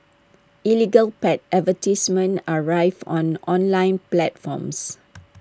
illegal pet advertisements are rife on online platforms